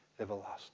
everlasting